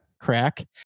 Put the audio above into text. crack